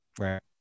Right